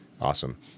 Awesome